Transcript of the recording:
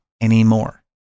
anymore